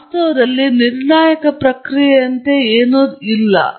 ಆದ್ದರಿಂದ ವಾಸ್ತವದಲ್ಲಿ ನಿರ್ಣಾಯಕ ಪ್ರಕ್ರಿಯೆಯಂತೆ ಏನೂ ಇಲ್ಲ